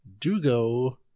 Dugo